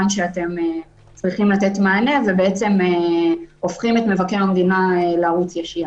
שאתם צריכים לתת מענה והופכים את מבקר המדינה לערוץ ישיר.